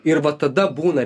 ir va tada būna